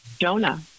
Jonah